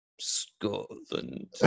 scotland